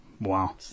Wow